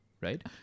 right